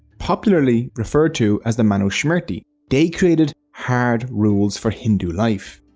popularly referred to as the manu smrti, they created hard rules for hindu life.